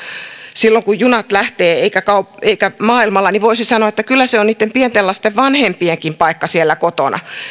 silloin kun junat lähtevät eikä eikä maailmalla niin voisi sanoa että kyllä on niitten pienten lasten vanhempienkin paikka siellä kotona